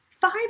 five